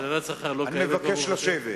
אני מבקש לשבת.